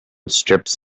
strips